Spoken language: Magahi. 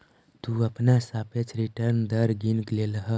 तु अपना सापेक्ष रिटर्न दर गिन लेलह